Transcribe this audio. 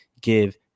give